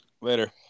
Later